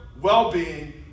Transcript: well-being